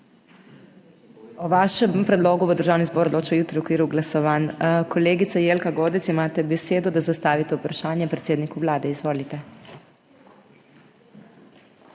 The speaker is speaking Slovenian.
O vašem predlogu bo Državni zbor odločil jutri v okviru glasovanj. Kolegica Nataša Sukič, imate besedo, da zastavite vprašanje predsedniku Vlade. Izvolite.